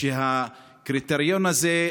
שהקריטריון הזה,